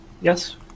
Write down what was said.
Yes